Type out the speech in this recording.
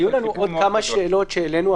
היו לנו עוד כמה שאלות שהעלינו,